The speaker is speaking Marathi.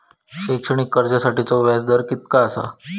शैक्षणिक कर्जासाठीचो व्याज दर कितक्या आसा?